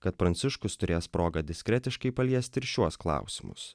kad pranciškus turės progą diskretiškai paliesti šiuos klausimus